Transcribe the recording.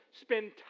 spend